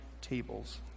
tables